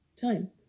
time